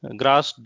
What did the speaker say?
grass